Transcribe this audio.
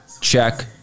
check